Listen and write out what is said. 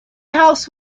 house